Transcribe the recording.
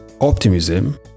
optimism